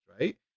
right